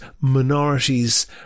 minorities